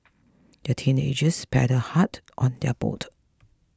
the teenagers paddled hard on their boat